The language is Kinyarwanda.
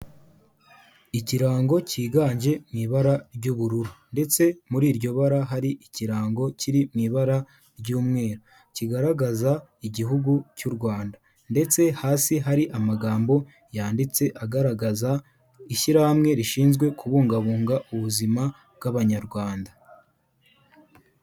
Ikirango cyiganje mu ibara ry'ubururu ndetse muri iryo bara hari ikirango kiri mu ibara ry'umweru, kigaragaza igihugu cy'u Rwanda ndetse hasi hari amagambo yanditse agaragaza ishyirahamwe rishinzwe kubungabunga ubuzima bw'abanyarwanda.